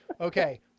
Okay